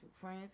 friends